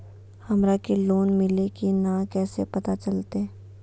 हमरा के लोन मिल्ले की न कैसे पता चलते?